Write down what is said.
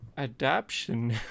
Adaption